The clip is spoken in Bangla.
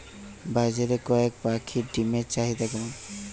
বাজারে কয়ের পাখীর ডিমের চাহিদা কেমন?